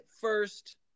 first